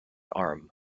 arm